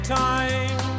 time